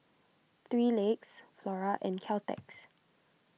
three Legs Flora and Caltex